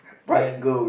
then